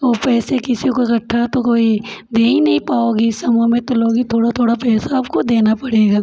वो पैसे किसी को इकट्ठा तो कोई दे ही नहीं पाओगी समूह में तो लोगी थोड़ा थोड़ा पैसा आपको देना पड़ेगा